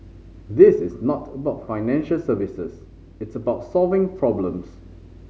this is not about financial services it's about solving problems